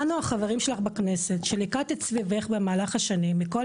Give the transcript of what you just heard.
אנו החברים שלך בכנסת שליקטת סביבך במהלך השנים מכל